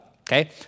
okay